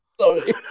Sorry